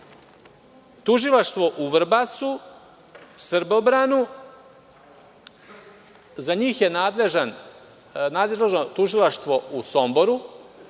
tužilaštvo u Vrbasu, Srbobranu, za njih je nadležno tužilaštvo u Somboru,